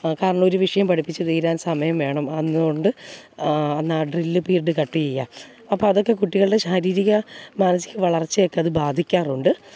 കാരണം ഒരു വിഷയം പഠിപ്പിച്ച് തീരാൻ സമയം വേണം അത് കൊണ്ട് എന്നാൽ ഡ്രില്ല് പീരിഡ് കട്ട് ചെയ്യുക അപ്പതൊക്കെ കുട്ടികളുടെ ശാരീരിക മാനസിക വളർച്ചയേയൊക്കെ അത് ബാധിക്കാറുണ്ട്